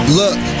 look